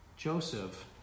Joseph